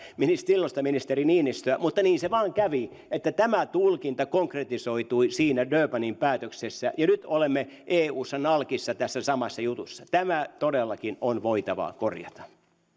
silloista ministeri niinistöä mutta niin se vain kävi että tämä tulkinta konkretisoitui siinä durbanin päätöksessä ja nyt olemme eussa nalkissa tässä samassa jutussa tämä todellakin on voitava korjata